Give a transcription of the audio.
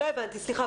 סליחה,